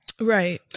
right